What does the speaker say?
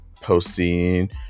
posting